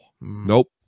Nope